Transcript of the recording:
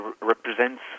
represents